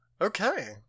Okay